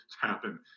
happen